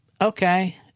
Okay